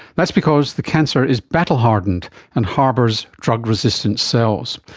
that's because the cancer is battle hardened and harbours drug resistant cells.